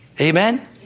Amen